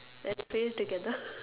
let's fail together